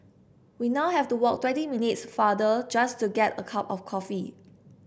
we now have to walk twenty minutes farther just to get a cup of coffee